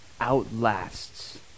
outlasts